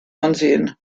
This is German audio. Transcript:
ansehen